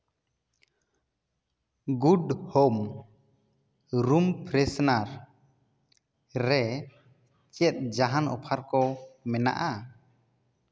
good home room freshener ᱨᱮ ᱪᱮᱫ ᱡᱟᱦᱟᱱ ᱚᱯᱷᱟᱨ ᱠᱚ ᱢᱮᱱᱟᱜᱼᱟ